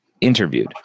interviewed